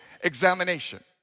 examination